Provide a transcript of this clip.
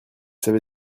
savez